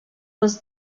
was